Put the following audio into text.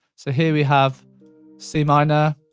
so here we have c minor,